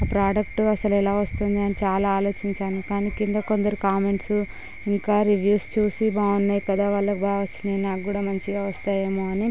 ఆ ప్రోడక్ట్ అసలు ఎలా వస్తుందని చాలా ఆలోచించాను కానీ కింద కొందరు కామెంట్స్ ఇంకా రివ్యూ చూసి బాగున్నాయి కదా వాళ్ళకి బాగా వచ్చి నాకు కూడా మంచిగా వస్తాయి ఏమో అని